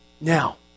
Now